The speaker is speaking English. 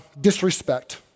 disrespect